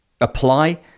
apply